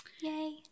Yay